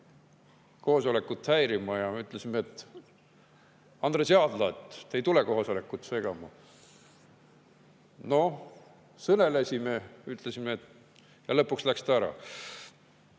koosolekut häirima. Me ütlesime: "Andres Jaadla, te ei tule koosolekut segama." Noh, sõnelesime, ütlesime, et … Lõpuks läks ta ära.